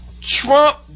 Trump